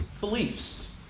beliefs